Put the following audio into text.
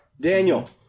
Daniel